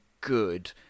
good